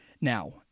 Now